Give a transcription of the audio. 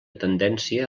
tendència